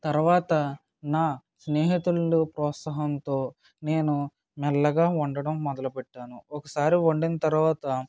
తర్వాత నా స్నేహితుల ప్రోత్సాహంతో నేను మెల్లగా వండడం మొదలు పెట్టాను ఒక్కసారి వండిన తర్వాత